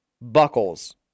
buckles